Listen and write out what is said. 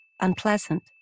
unpleasant